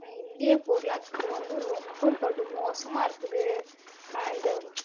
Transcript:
இந்திய பொருளாதார துறை வந்து ரொம்பப் படும் மோசமாக இருக்குது இந்த